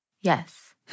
Yes